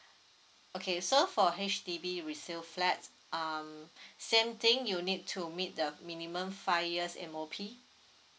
okay so for H_D_B resale flat um same thing you need to meet the minimum five years M_O_P